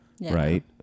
Right